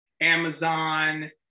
Amazon